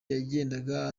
yagendaga